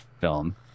film